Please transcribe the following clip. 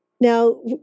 now